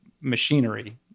machinery